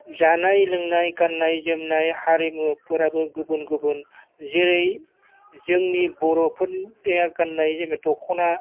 जानाय लोंनाय गाननाय जोमनाय हारिमुफोराबो गुबुन गुबुन जेरै जोंनि बर'फोरनिया गाननाय जेनोबा दखना